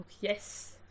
Yes